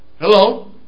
hello